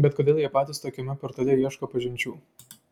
bet kodėl jie patys tokiame portale ieško pažinčių